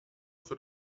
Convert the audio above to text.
für